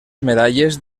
medalles